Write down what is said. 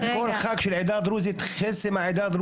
חצי העדה הדרוזית,